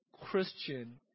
Christian